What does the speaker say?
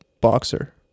boxer